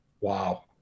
Wow